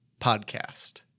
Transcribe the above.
Podcast